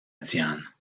diane